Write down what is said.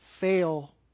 fail